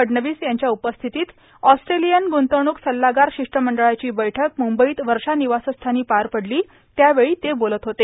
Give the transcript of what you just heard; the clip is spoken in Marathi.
फडणवीस यांच्या उपस्थितीत ऑस्ट्रोलयन गुंतवणूक सल्लागार शिष्टमंडळाची बैठक मुंबईत वषा निवासस्थानी पार पडलों त्यावेळी ते बोलत होते